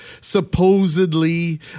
supposedly